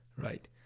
Right